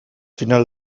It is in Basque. final